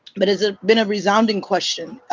but it's ah been a resounding question.